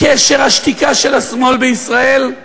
קשר השתיקה של השמאל בישראל,